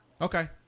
Okay